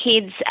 kids